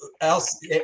Else